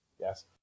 yes